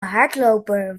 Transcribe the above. hardloper